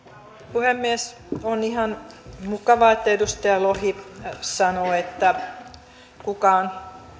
puhemies on ihan mukavaa että edustaja lohi sanoo että kukaan